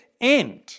end